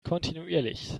kontinuierlich